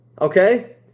Okay